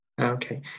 Okay